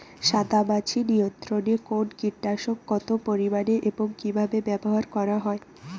সাদামাছি নিয়ন্ত্রণে কোন কীটনাশক কত পরিমাণে এবং কীভাবে ব্যবহার করা হয়?